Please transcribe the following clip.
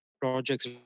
projects